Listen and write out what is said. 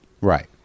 Right